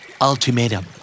Ultimatum